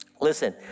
Listen